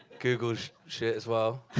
google shit as well.